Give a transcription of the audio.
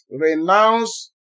Renounce